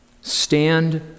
Stand